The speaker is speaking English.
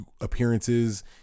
appearances